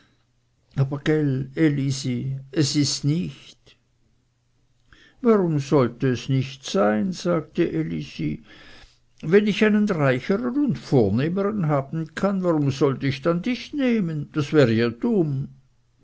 es ist nicht warum sollte es nicht sein sagte elisi wenn ich einen reichern und vornehmern haben kann warum sollte ich dann dich nehmen das wäre ja dumm